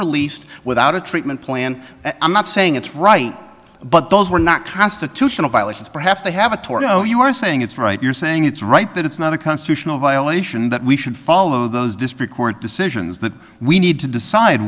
released without a treatment plan i'm not saying it's right but those were not constitutional violations perhaps they have a tornado you are saying it's right you're saying it's right that it's not a constitutional violation that we should follow those disparate court decisions that we need to decide